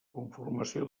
conformació